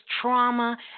trauma